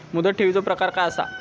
मुदत ठेवीचो प्रकार काय असा?